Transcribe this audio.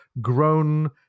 grown